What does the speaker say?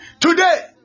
Today